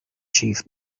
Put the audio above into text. chief